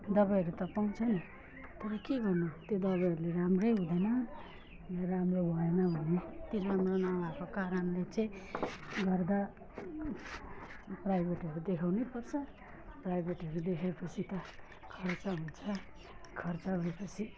दबाईहरू त पाउँछ नि तर के गर्नु त्यो दबाईहरूले राम्रै हुँदैन राम्रो भएन भने त्यो राम्रो नभएको कारणले चाहिँ गर्दा प्राइभेटहरू देखाउनैपर्छ प्राइभेटहरू देखाएपछि त खर्च हुन्छ खर्च भएपछि